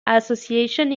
association